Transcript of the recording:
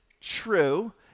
true